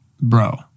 bro